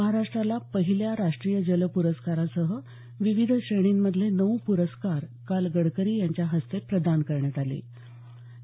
महाराष्ट्राला पहिल्या राष्ट्रीय जल प्रस्कारासह विविध श्रेणींमधले नऊ प्रस्कार काल गडकरी यांच्या हस्ते प्रदान करण्यात आले त्यावेळी ते बोलत होते